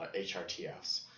HRTFs